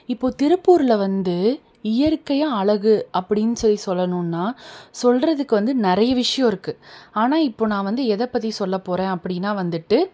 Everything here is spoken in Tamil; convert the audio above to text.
இப்போது திருப்பூரில் வந்து இயற்கையா அழகு அப்படின்னு சொல்லி சொல்லணும்னால் சொல்றதுக்கு வந்து நிறைய விஷயம் இருக்குது ஆனால் இப்போது நான் வந்து எதை பற்றி சொல்லப் போகிறேன் அப்படின்னா வந்துட்டு